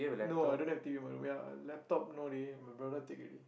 no I don't have t_v by the way ah laptop no leh my brother take already